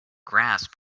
grasp